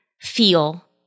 feel